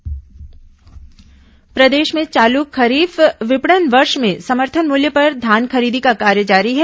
धान खरीदी प्रदेश में चालू खरीफ विपणन वर्ष में समर्थन मूल्य पर धान खरीदी का कार्य जारी है